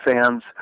fans